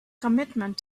commitment